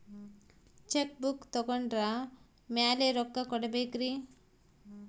Check book ತೊಗೊಂಡ್ರ ಮ್ಯಾಲೆ ರೊಕ್ಕ ಕೊಡಬೇಕರಿ?